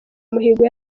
umuhigo